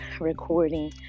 recording